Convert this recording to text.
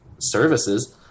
services